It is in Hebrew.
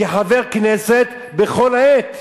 כחבר כנסת, בכל עת,